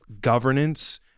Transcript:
governance